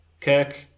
Kirk